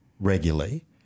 regularly